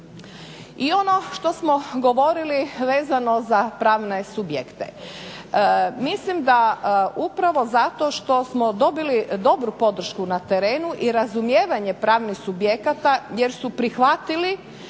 I ono što smo govorili vezano za pravne subjekte. Mislim da upravo zato što smo dobili dobru podršku na terenu i razumijevanje pravnih subjekata jer su prihvatili